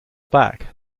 back